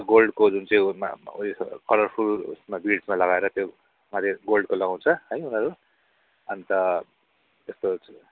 गोल्डको जुन चैँचाहिँ उयो कलरफुल ड्रेसमा लगाएर त्यो माथिबाट गोल्डको लगाउँछ है उनीहरू अन्त त्यस्तो